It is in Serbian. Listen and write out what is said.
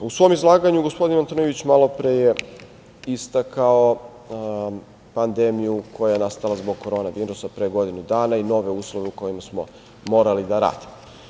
U svom izlaganju gospodin Antonijević malopre je istakao pandemiju koja je nastala zbog korona virusa pre godinu dana i nove uslove u kojima smo morali da radimo.